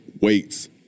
weights